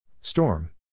Storm